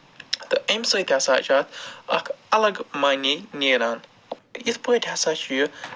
تہٕ اَمہِ سۭتۍ ہسا چھُ اکھ اَلگ معنی نٮ۪ران یِتھ پٲٹھۍ ہسا چھُ یہِ